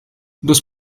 los